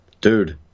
dude